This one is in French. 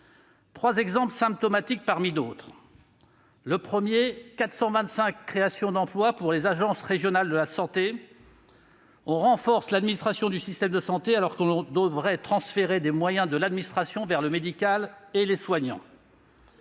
trois exemples symptomatiques parmi d'autres. Premier exemple, 425 créations d'emplois sont prévues pour les agences régionales de santé. On renforce l'administration du système de santé alors que l'on devrait transférer des moyens de l'administration vers le médical et les soignants.